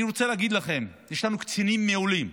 אני רוצה להגיד לכם, יש לנו קצינים מעולים.